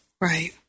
Right